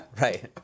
right